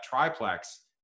triplex